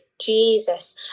Jesus